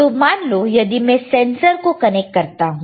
तो मान लो यदि मैं सेंसर को कनेक्ट करता हूं